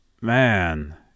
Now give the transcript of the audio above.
man